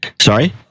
Sorry